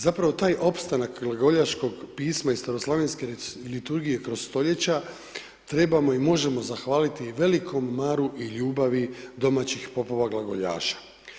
Zapravo taj opstanak glagoljaškog pisma i staroslavenske liturgije kroz stoljeća trebamo i možemo zahvaliti velikom maru i ljubavi domaćih popova glagoljaša.